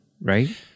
right